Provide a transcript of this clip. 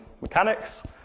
mechanics